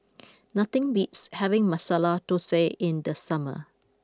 nothing beats having Masala Dosa in the summer